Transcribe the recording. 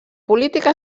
política